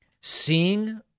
seeing